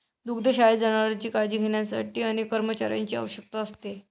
दुग्धशाळेत जनावरांची काळजी घेण्यासाठी अनेक कर्मचाऱ्यांची आवश्यकता असते